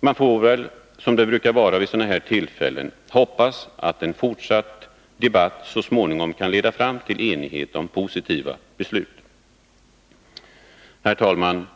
Man får väl, som det brukar sägas vid sådana här tillfällen, hoppas att en fortsatt debatt så småningom kan leda fram till enighet om positiva beslut. Herr talman!